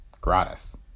Gratis